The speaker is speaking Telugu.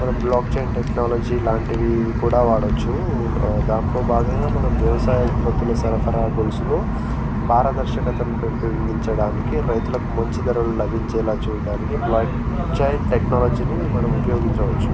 మనం బ్లాక్చెయిన్ టెక్నాలజీ లాంటివి కూడా వాడవచ్చు దాంట్లో భాగంగా మన వ్యవసాయ ఉత్పత్తుల సరఫరా గొలుసులో పారదర్శకతను పెంపొందించడానికి రైతులకు మంచి ధరలు లభించేలా చూడడానికి బ్లాక్చెయిన్ టెక్నాలజీని మనం ఉపయోగించవచ్చు